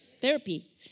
Therapy